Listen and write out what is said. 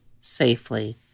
safely